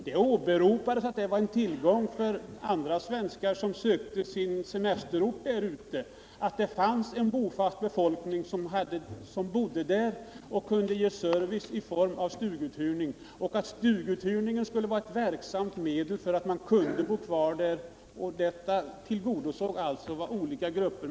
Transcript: Det åberopades att det var en tillgång för andra svenskar, som sökte sin semesterort där ute, att det fanns en bofast befolkning som kunde ge service i form av stuguthyrning och att denna skulle vara ett verksamt medel för att ge människorna möjligheter att bo kvar i skärgården.